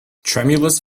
tremulous